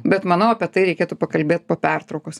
bet manau apie tai reikėtų pakalbėt po pertraukos